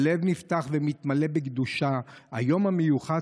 הלב נפתח ומתמלא בקדושת היום המיוחד,